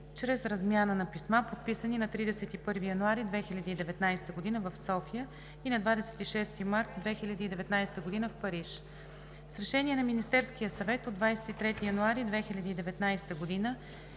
чрез размяна на писма, подписани на 31 януари 2019 г. в София и на 26 март 2019 г. в Париж. С решение на Министерския съвет от 23 януари 2019 г.